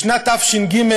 בשנת תש"ג,